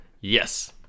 Yes